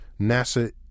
NASA